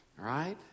Right